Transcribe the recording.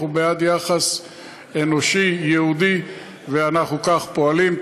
אנחנו בעד יחס אנושי, יהודי, ואנחנו כך פועלים.